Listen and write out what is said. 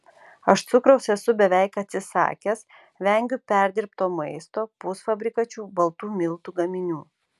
aš cukraus esu beveik atsisakęs vengiu perdirbto maisto pusfabrikačių baltų miltų gaminių